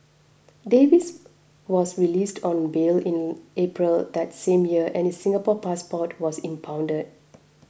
Davies was released on bail in April that same year and his Singapore passport was impounded